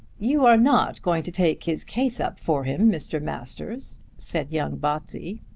you are not going to take his case up for him, mr. masters? said young botsey.